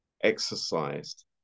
exercised